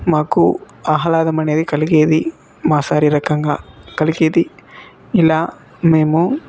మాకు ఆహ్లాదం అనేది కలిగేది మా శారిరికంగా కలిగేది ఇలా మేము